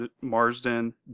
Marsden